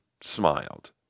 smiled